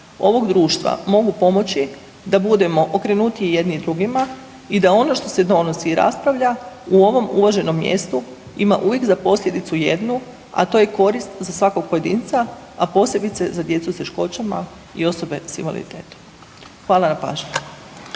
ovog društva mogu pomoći da budemo okrenutiji jedni drugima i da ono što se donosi i raspravlja u ovom uvaženom mjestu ima uvijek za posljedicu jednu, a to je korist za svakog pojedinca, a posebice za djecu s teškoćama i osobe s invaliditetom. Hvala na pažnji.